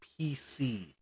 PC